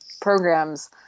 programs